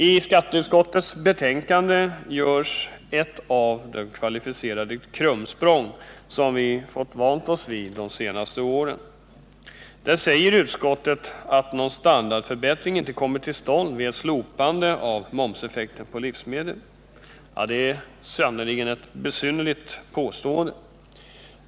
I skatteutskottets betänkande görs ett av de kvalificerade krumsprång som vi har fått vänja oss vid under de senaste åren. Där säger utskottet att någon standardförbättring inte kommer till stånd vid slopande av momseffekten på livsmedel. Det är sannerligen ett besynnerligt påstående.